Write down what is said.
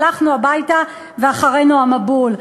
הלכנו הביתה ואחרינו המבול.